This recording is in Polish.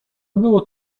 było